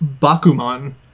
Bakuman